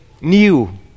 new